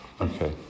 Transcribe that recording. Okay